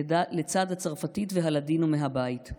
לצד הצרפתית והלדינו מהבית.